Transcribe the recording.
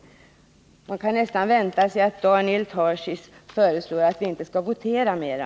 Man kan nästan vänta sig att Daniel Tarschys föreslår att vi inte skall votera mera.